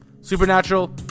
Supernatural